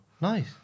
Nice